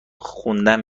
خوندن